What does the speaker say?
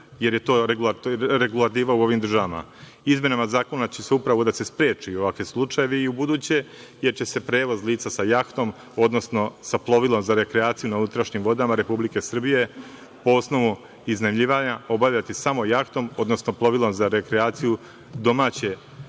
jer je to regulativa u ovim državama. Izmenama zakona upravo će se sprečiti ovakvi slučajevi i ubuduće, jer će se prevoz lica sa jahtom, odnosno sa plovilom za rekreaciju na unutrašnjim vodama Republike Srbije, po osnovu iznajmljivanja, obavljati samo jahtom, odnosno plovilom za rekreaciju domaće, državne